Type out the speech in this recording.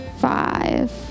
five